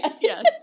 Yes